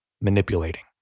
manipulating